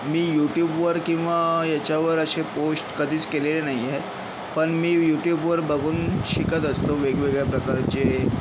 मी युट्युबवर किंवा याच्यावर असे पोस्ट कधीच केलेले नाही आहे पण मी युट्युबवर बघून शिकत असतो वेगवेगळ्या प्रकारचे